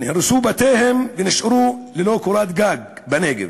נהרסו בתיהם, ונשארו ללא קורת גג בנגב,